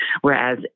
whereas